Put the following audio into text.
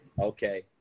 Okay